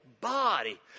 body